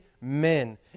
men